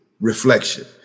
reflection